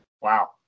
wow